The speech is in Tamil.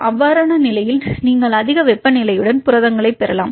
அவ்வாறான நிலையில் நீங்கள் அதிக வெப்ப நிலையுடன் புரதங்களைப் பெறலாம்